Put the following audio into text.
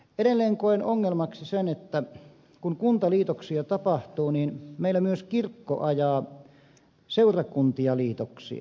edelleen koen ongelmaksi sen että kun kuntaliitoksia tapahtuu niin meillä myös kirkko ajaa seurakuntia liitoksiin